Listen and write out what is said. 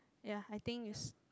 ya I think is